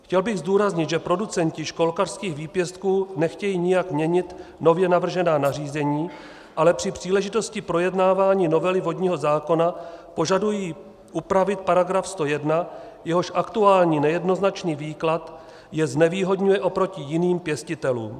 Chtěl bych zdůraznit, že producenti školkařských výpěstků nechtějí nijak měnit nově navržená nařízení, ale při příležitosti projednávání vodního zákona požadují upravit § 101, jehož aktuální nejednoznačný výklad je znevýhodňuje oproti jiným pěstitelům.